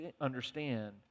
understand